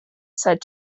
said